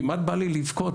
כמעט בא לי לבכות,